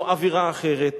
זה אווירה אחרת,